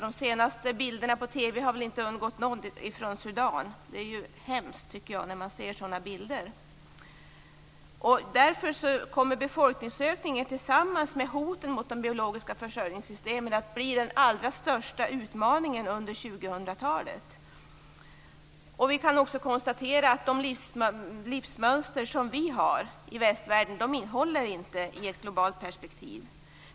De senaste bilderna på TV, från Sudan, har väl inte undgått någon. Det är hemskt, tycker jag, när man ser sådana bilder. Därför kommer befolkningsökningen tillsammans med hoten mot de biologiska försörjningssystemen att bli den allra största utmaningen under 2000-talet. Vi kan också konstatera att det livsmönster som vi i västvärlden har inte håller i ett globalt perspektiv.